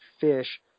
fish